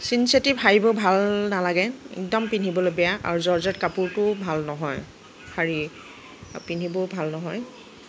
synthetic শাৰীবোৰ ভাল নালাগে একদম পিন্ধিবলৈ বেয়া আৰু জৰ্জেট কাপোৰটোও ভাল নহয় শাৰী পিন্ধিবও ভাল নহয়